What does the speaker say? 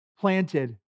planted